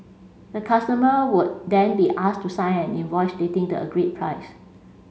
the customer would then be asked to sign an invoice stating the agreed price